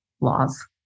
laws